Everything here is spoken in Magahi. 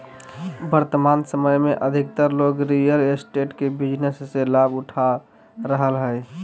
वर्तमान समय में अधिकतर लोग रियल एस्टेट के बिजनेस से लाभ उठा रहलय हइ